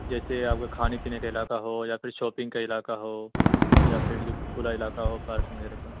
جیسے آپ کا کھانے پینے کا علاقہ ہو یا پھر شاپنگ کا علاقہ ہو یا پھر جو کھلا علاقہ ہو پارک میر کا